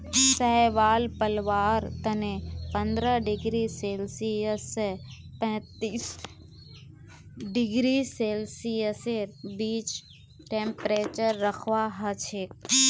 शैवाल पलवार तने पंद्रह डिग्री सेल्सियस स पैंतीस डिग्री सेल्सियसेर बीचत टेंपरेचर रखवा हछेक